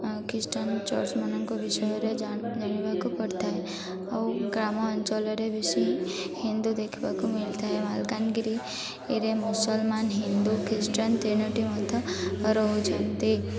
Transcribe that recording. Christian ଚର୍ଚ୍ଚମାନଙ୍କ ବିଷୟରେ ଜାଣିବାକୁ ପଡ଼ିଥାଏ ଆଉ ଗ୍ରାମ ଅଞ୍ଚଳରେ ବେଶୀ ହିନ୍ଦୁ ଦେଖିବାକୁ ମିଳିଥାଏ ମାଲକାନଗିରିରେ ମୁସଲମାନ ହିନ୍ଦୁ ଖ୍ରୀଷ୍ଟିଆନ ତିନୋଟି ମଧ୍ୟ ରହୁଛନ୍ତି